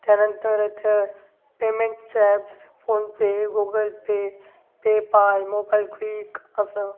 त्यानंतर इथं payments app जसे PhonePe Google Pay PayPal mobile quick असं